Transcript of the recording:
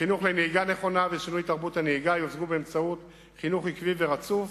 חינוך לנהיגה נכונה ושינוי תרבות הנהיגה יושגו באמצעות חינוך עקבי ורצוף